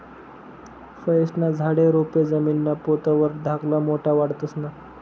फयेस्ना झाडे, रोपे जमीनना पोत वर धाकला मोठा वाढतंस ना?